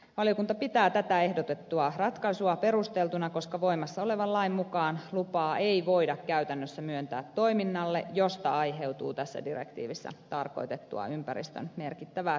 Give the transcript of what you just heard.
valiokunta pitää tätä ehdotettua ratkaisua perusteltuna koska voimassa olevan lain mukaan lupaa ei voida käytännössä myöntää toiminnalle josta aiheutuu tässä direktiivissä tarkoitettua ympäristön merkittävää pilaantumista